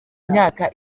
imyaka